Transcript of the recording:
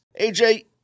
AJ